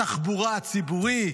התחבורה הציבורית,